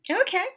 Okay